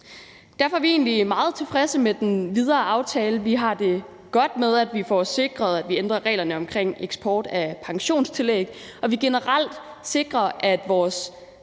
Derfor er vi egentlig meget tilfredse med den videre aftale. Vi har det godt med, at vi får sikret, at vi ændrer reglerne omkring eksport af pensionstillæg, og at vi generelt sikrer, at vores